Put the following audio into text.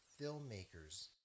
filmmakers